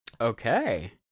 Okay